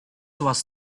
was